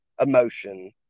emotion